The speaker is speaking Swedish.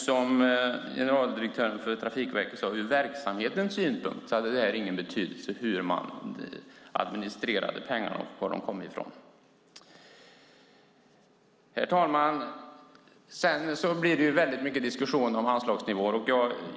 Som generaldirektören för Trafikverket sade har det ur verksamhetens synpunkt ingen betydelse hur man administrerar pengarna och var de kommer ifrån. Herr talman! Sedan blir det väldigt mycket diskussion om anslagsnivåer.